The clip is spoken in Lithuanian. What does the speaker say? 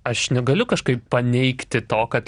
aš negaliu kažkaip paneigti to kad